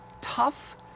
tough